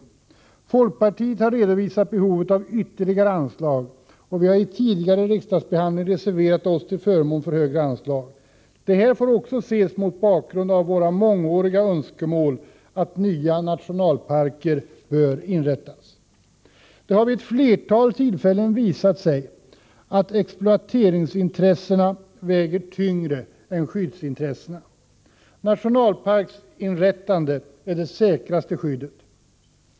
Folkpartiet har redovisat behovet av ytterligare anslag. Vi har i tidigare riksdagsbehandling reserverat oss till förmån för högre anslag. Detta får också ses mot bakgrund av våra mångåriga önskemål att nya nationalparker inrättas. Det har vid ett flertal tillfällen visat sig att exploateringsintressena väger tyngre än skyddsintressena. Nationalparksinrättande är det säkraste skyd det.